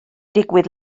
digwydd